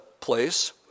place